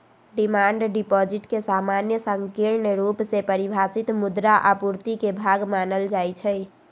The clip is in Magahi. डिमांड डिपॉजिट के सामान्य संकीर्ण रुप से परिभाषित मुद्रा आपूर्ति के भाग मानल जाइ छै